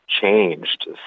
changed